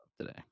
today